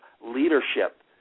leadership